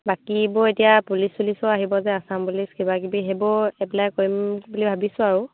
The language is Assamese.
বাকীবোৰ এতিয়া পুলিচ চুলিচো আহিব যে আসাম পুলিচ কিবা কিবি সেইবোৰ এপ্লাই কৰিম বুলি ভাবিছোঁ আৰু